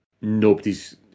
nobody's